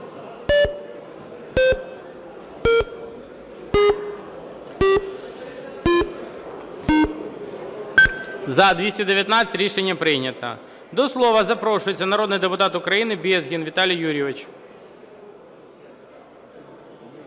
За-219 Рішення прийнято. До слова запрошується народний депутат України Безгін Віталій Юрійович.